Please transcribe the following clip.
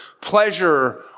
pleasure